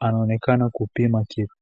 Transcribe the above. anaonekana kupima kilo.